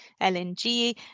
LNG